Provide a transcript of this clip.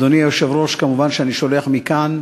אדוני היושב-ראש, כמובן, אני שולח מכאן